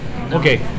okay